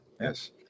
yes